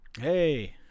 Hey